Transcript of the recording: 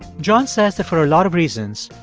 john says that for a lot of reasons,